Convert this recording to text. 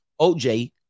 OJ